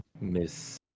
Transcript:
Miss